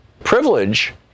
privilege